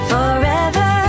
Forever